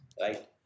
right